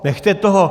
Nechte toho!